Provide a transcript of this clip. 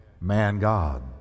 man-God